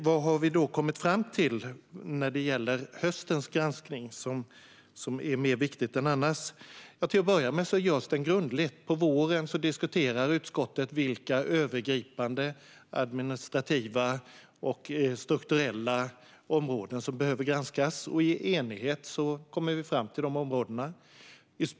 Vad har vi då kommit fram till som är mer viktigt än annars när det gäller höstens granskning? Till att börja med görs den grundligt. På våren diskuterar utskottet vilka övergripande administrativa och strukturella områden som behöver granskas. I enighet kommer vi fram till dessa områden.